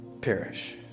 perish